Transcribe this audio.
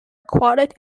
aquatic